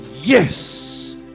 Yes